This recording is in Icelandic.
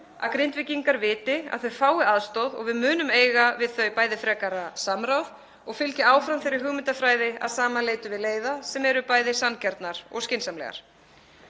að Grindvíkingar viti að þau fái aðstoð og við munum eiga við þau bæði frekara samráð og fylgja áfram þeirri hugmyndafræði að saman leitum við leiða sem eru bæði sanngjarnar og skynsamlegar.